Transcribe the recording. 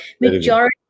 majority